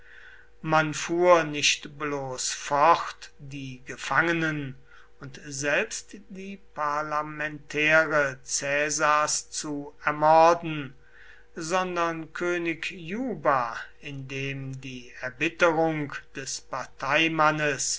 man fuhr nicht bloß fort die gefangenen und selbst die parlamentäre caesars zu ermorden sondern könig juba in dem die erbitterung des parteimannes